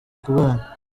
kubana